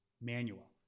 Manual